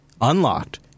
Unlocked